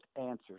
answers